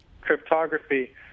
cryptography